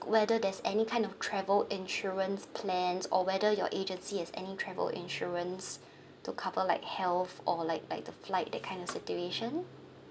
whether there's any kind of travel insurance plans or whether your agency has any travel insurance to cover like health or like like the flight that kind of situation